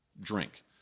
drink